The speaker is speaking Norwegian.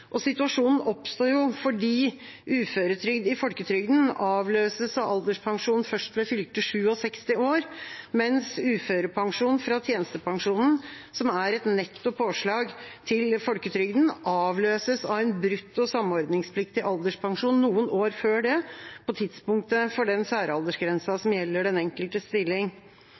særaldersgrense. Situasjonen oppstår fordi uføretrygd i folketrygden avløses av alderspensjon først ved fylte 67 år, mens uførepensjon fra tjenestepensjonen, som er et netto påslag til folketrygden, avløses av en brutto samordningspliktig alderspensjon noen år før det, på tidspunktet for den særaldersgrensen som gjelder den enkeltes stilling.